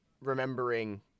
remembering